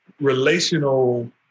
relational